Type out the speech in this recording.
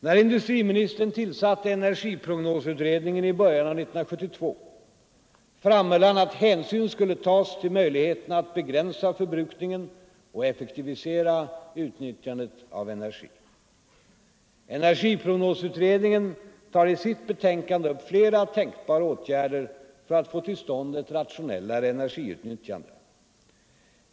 När industriministern tillsatte energiprognosutredningen i början av 1972, framhöll han att hänsyn skulle tas till möjligheterna att begränsa förbrukningen och effektivisera utnyttjandet av energi. Energiprognosutredningen tar i sitt betänkande upp flera tänkbara åtgärder för att få till stånd ett rationellare energiutnyttjande.